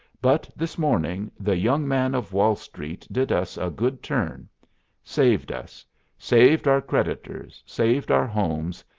but this morning the young man of wall street did us a good turn saved us saved our creditors, saved our homes,